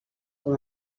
com